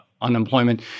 unemployment